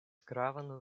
gravan